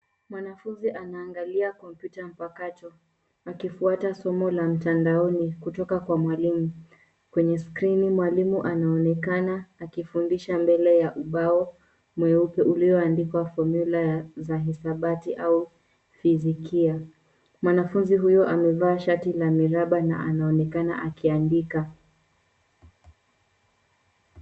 Mwanafunzi anaangalia kompyuta mpakato akifuata somo la mtandaoni kutoka Kwa mwalimu. Kwenye skrini mwalimu anaonekana kufundisha mbele ya ubao mweupe ulioandikwa fomyula za hisabati au fizikia. Mwanafunzi huyu amevaa shati la miraba na anaonekana akiandika.